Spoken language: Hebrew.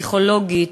פסיכולוגית,